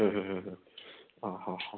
ହୁଁ ହୁଁ ହୁଁ ହୁଁ ହଁ ହଁ ହଉ